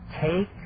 Take